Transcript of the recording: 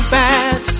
bad